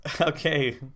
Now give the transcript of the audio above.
okay